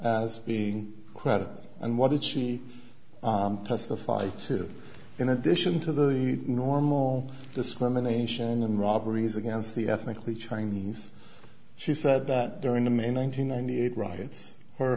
as being crowded and what did she testified to in addition to the normal discrimination and robberies against the ethnically chinese she said that during the may nine hundred ninety eight riots her